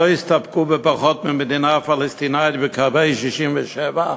יסתפקו בפחות ממדינה פלסטינית בקווי 67'